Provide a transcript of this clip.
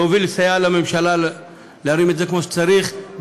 ולסייע לממשלה להרים את זה כמו שצריך,